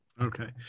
Okay